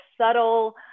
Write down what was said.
subtle